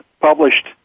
published